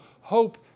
hope